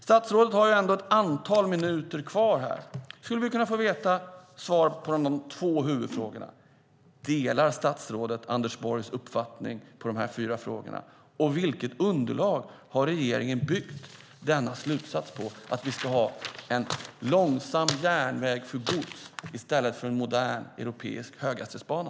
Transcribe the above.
Statsrådet har ett antal minuter kvar av sin talartid. Skulle vi kunna få svar på de två huvudfrågorna? Delar statsrådet Anders Borgs uppfattning om dessa fyra frågor? Vilket underlag har regeringen byggt slutsatsen på att vi ska en långsam järnväg för gods i stället för en modern europeisk höghastighetsbana?